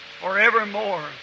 Forevermore